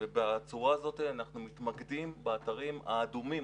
ובצורה הזאת אנחנו מתמקדים באתרים האדומים,